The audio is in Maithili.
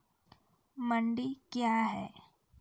मंडी क्या हैं?